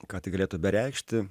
kad tai galėtų bereikšti